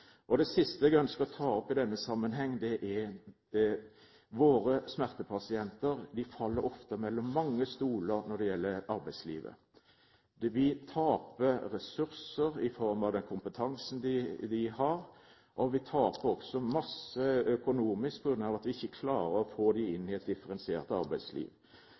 sjekklister. Det siste jeg ønsker å ta opp i denne sammenheng, er at våre smertepasienter ofte faller mellom mange stoler når det gjelder arbeidslivet. Vi taper ressurser i form av den kompetansen de har, og vi taper også masse økonomisk på grunn av at vi ikke klarer å få dem inn i et differensiert arbeidsliv.